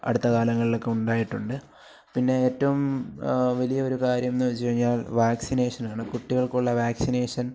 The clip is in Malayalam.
അടുത്തകാലങ്ങളിലൊക്കെ ഉണ്ടായിട്ടുണ്ട് പിന്നെ ഏറ്റവും വലിയൊരു കാര്യമെന്നു വെച്ചുകഴിഞ്ഞാല് വാക്സ്സിനേഷനാണ് കുട്ടികള്ക്കുള്ള വാക്സ്സിനേഷന്